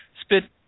spit